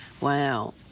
wow